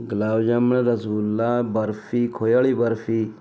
ਗੁਲਾਬ ਜਾਮਣ ਰਸਗੁੱਲਾ ਬਰਫ਼ੀ ਖੋਏ ਵਾਲੀ ਬਰਫ਼ੀ